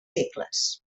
segles